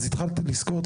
אז התחלת לסקור,